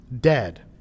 dead